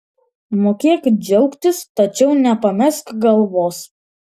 mokėk džiaugtis tačiau nepamesk galvos